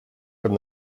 from